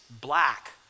black